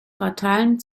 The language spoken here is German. fatalen